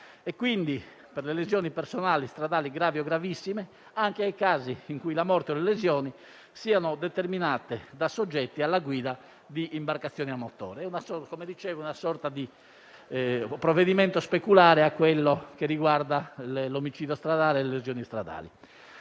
vigente per le lesioni personali stradali gravi o gravissime, pertanto anche nei casi in cui la morte e le lesioni siano determinate da soggetti alla guida di imbarcazioni a motore. Come dicevo, è una sorta di provvedimento speculare a quello che riguarda l'omicidio e le lesioni stradali.